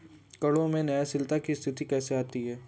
करों में न्यायशीलता की स्थिति कैसे आती है?